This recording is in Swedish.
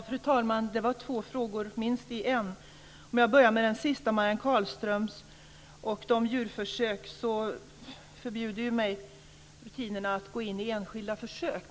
Fru talman! Det var minst två frågor i en. Om jag börjar med Marianne Carlströms fråga om djurförsök, förbjuder rutinerna mig att gå in på enskilda försök.